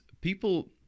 people